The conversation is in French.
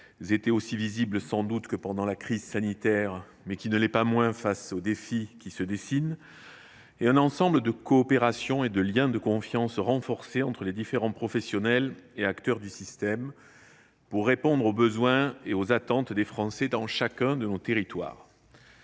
été aussi visible que pendant la crise sanitaire, mais elle ne l’est pas moins face aux défis qui se dessinent. Enfin, un ensemble de coopérations et de liens de confiance renforcés entre les différents professionnels et acteurs du système, pour répondre aux besoins et aux attentes des Français dans chacun de nos territoires.